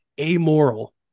amoral